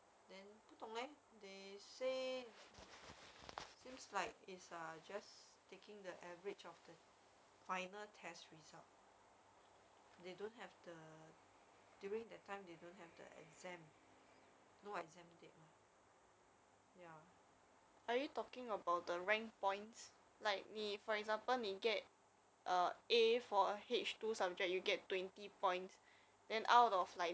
in that that job ah they saying the err the aggreg~ they're taking average of the A level as um because in orh maybe in their country in that country they don't have ah in U~ uh um in europe country could be then 不懂 leh they say